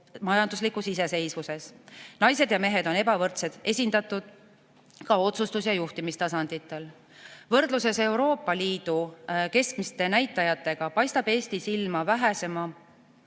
majanduslikus iseseisvuses. Naised ja mehed on ebavõrdselt esindatud ka otsustus‑ ja juhtimistasanditel. Võrdluses Euroopa Liidu keskmiste näitajatega paistab Eesti silma vähesema